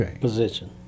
position